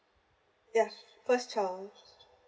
yeah first child